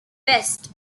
west